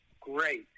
great